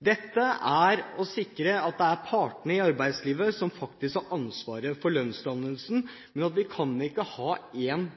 Dette sikrer at det er partene i arbeidslivet som faktisk har ansvaret for lønnsdannelsen, for vi kan ikke ha en